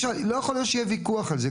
לא יכול להיות שיהיה ויכוח על זה.